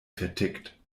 vertickt